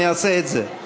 אעשה את זה.